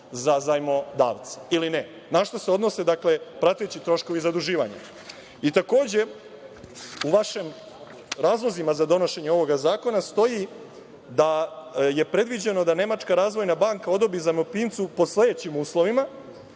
za zajmodavce ili ne? Na šta se odnose prateći troškovi zaduživanja? Takođe, u vašim razlozima za donošenje ovoga zakona stoji da je predviđeno da Nemačka razvojna banka odobri zajmoprimcu pod sledećim uslovima